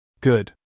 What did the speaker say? Good